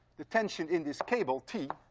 the tension in this cable, t,